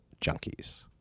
Junkies